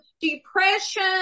depression